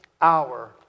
hour